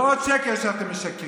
זה עוד שקר שאתם משקרים.